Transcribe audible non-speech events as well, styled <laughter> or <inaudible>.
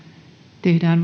tehdään <unintelligible>